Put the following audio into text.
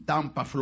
Tampa